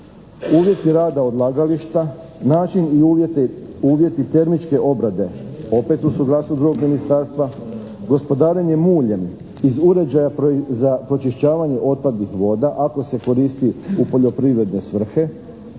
uvjeti rada odlagališta, način i uvjeti termičke obrade, opet uz suglasnost drugog ministarstva, gospodarenje muljem iz uređaja za pročišćavanje otpadnih voda ako se koristi u poljoprivredne svrhe.